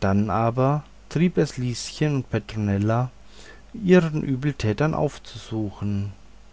dann aber trieb es lieschen und petronella ihren übeltäter aufzusuchen